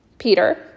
Peter